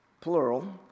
plural